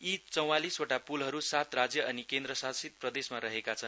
यी चौवालीसवटा पुलहरु सात राज्य अनि केन्द्रशासित प्रदेशमा रहेका छन्